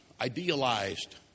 idealized